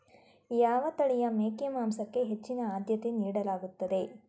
ಯಾವ ತಳಿಯ ಮೇಕೆ ಮಾಂಸಕ್ಕೆ ಹೆಚ್ಚಿನ ಆದ್ಯತೆ ನೀಡಲಾಗುತ್ತದೆ?